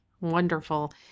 wonderful